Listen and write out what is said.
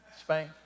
Spain